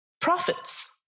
profits